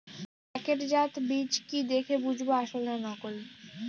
প্যাকেটজাত বীজ কি দেখে বুঝব আসল না নকল?